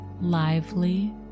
lively